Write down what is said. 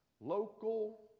local